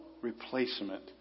replacement